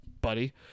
buddy